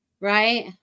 right